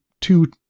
two